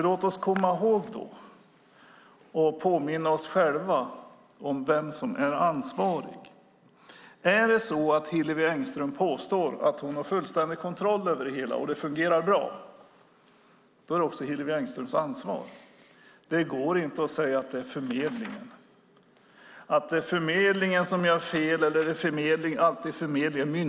Låt oss påminna oss själva om vem som är ansvarig. Om Hillevi Engström påstår att hon har full kontroll över det hela och att det fungerar bra är det också hennes ansvar. Det går inte att säga att det är Arbetsförmedlingen, myndigheten, som gör fel.